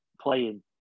playing